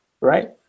right